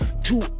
two